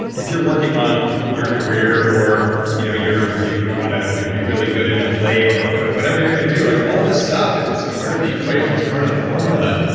if you're working on your career or you know you you want to be really good in a play or whatever you're going to do, like all this stuff is is part of the equation, is part of the formula.